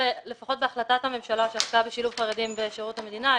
לפחות בהחלטת הממשלה על שילוב חרדים בשירות המדינה,